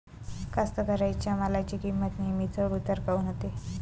कास्तकाराइच्या मालाची किंमत नेहमी चढ उतार काऊन होते?